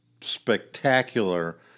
spectacular